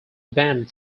banned